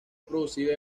producida